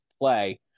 play